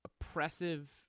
oppressive